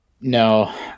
No